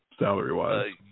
salary-wise